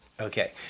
Okay